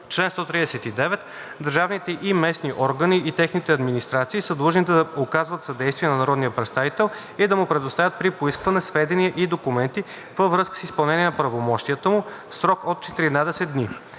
„Чл. 139. Държавните и местните органи и техните администрации са длъжни да оказват съдействие на народния представител и да му предоставят при поискване сведения и документи във връзка с изпълнение на правомощията му в срок от 14 дни.